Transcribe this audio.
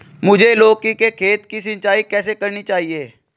मुझे लौकी के खेत की सिंचाई कैसे करनी चाहिए?